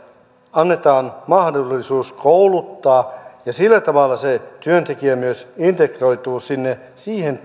annetaan mahdollisuus kouluttaa ja sillä tavalla se työntekijä myös integroituu siihen